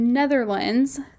Netherlands